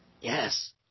Yes